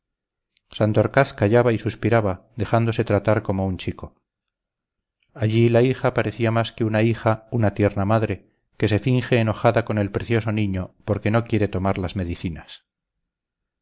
santorcaz callaba y suspiraba dejándose tratar como un chico allí la hija parecía más que una hija una tierna madre que se finge enojada con el precioso niño porque no quiere tomar las medicinas